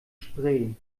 spree